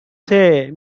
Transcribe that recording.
say